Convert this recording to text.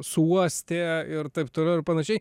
suuostė ir taip toliau ir panašiai